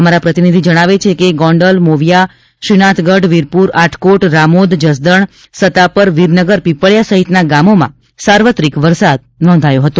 અમારા પ્રતિનિધિના જણાવ્યા મુજબ જીલ્લામાં ગોંડલ મોવિયા શ્રીનાથ ગઢ વીરપુર આટકોટ રામોદ જસદણ સતાપર વિરનગર પીપળીયા સહિતના ગામોમાં સાર્વત્રિક વરસાદ થયો હતો